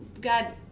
God